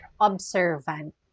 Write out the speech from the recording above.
observant